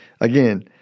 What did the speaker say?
again